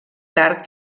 tard